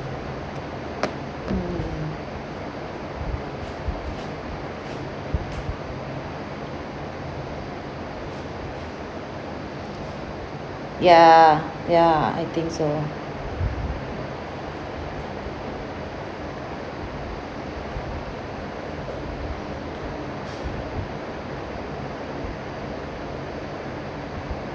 mm ya ya I think so